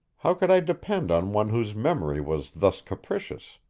how could i depend on one whose memory was thus capricious?